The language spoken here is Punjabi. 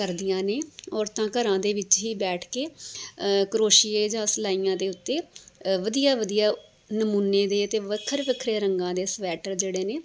ਕਰਦੀਆਂ ਨੇ ਔਰਤਾਂ ਘਰਾਂ ਦੇ ਵਿੱਚ ਹੀ ਬੈਠ ਕੇ ਕਰੋਸ਼ੀਏ ਜਾਂ ਸਲਾਈਆਂ ਦੇ ਉੱਤੇ ਵਧੀਆ ਵਧੀਆ ਨਮੂਨੇ ਦੇ ਅਤੇ ਵੱਖਰ ਵੱਖਰੇ ਰੰਗਾਂ ਦੇ ਸਵੈਟਰ ਜਿਹੜੇ ਨੇ